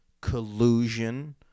collusion